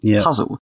puzzle